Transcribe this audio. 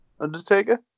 Undertaker